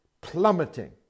plummeting